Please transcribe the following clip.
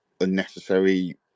unnecessary